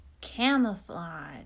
Camouflage